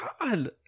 God